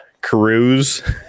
cruise